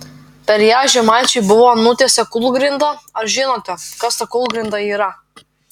per ją žemaičiai buvo nutiesę kūlgrindą ar žinote kas ta kūlgrinda yra